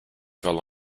fell